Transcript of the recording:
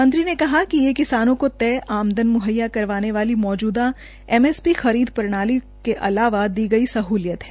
मंत्री ने कहा कि ये किसानों को तय आमदन म्हैया करवाने वाली मौजूदा न्यूनतम समर्थन मूल्य खरीद प्रणाली के अलावा दी गई सह्लियत है